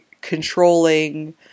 controlling